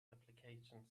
application